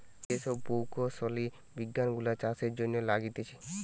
যে সব প্রকৌশলী বিজ্ঞান গুলা চাষের জন্য লাগতিছে